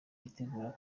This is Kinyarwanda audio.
yitegura